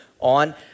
on